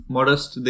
Modest